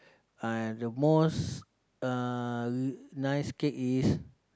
uh the most uh nice cake is